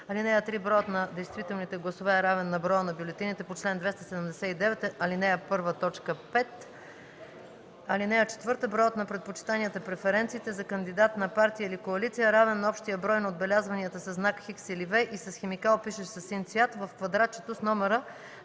1 - 4. (3) Броят на действителните гласове е равен на броя на бюлетините по чл. 279, ал. 1, т. 5. (4) Броят на предпочитанията (преференциите) за кандидат на партия или коалиция е равен на общия брой на отбелязванията със знак „Х” или „V” и с химикал, пишещ със син цвят, в квадратчето с номера,